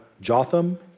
Jotham